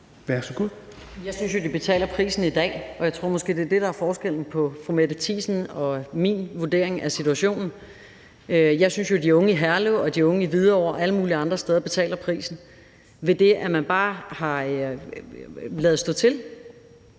Jeg synes jo, de betaler prisen i dag, og jeg tror måske, det er det, der er forskellen på fru Mette Thiesens og min vurdering af situationen. Jeg synes jo, at de unge i Herlev og Hvidovre og alle mulige andre steder betaler prisen for, at man bare har ladet stå til.